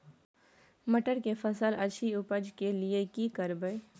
मटर के फसल अछि उपज के लिये की करबै?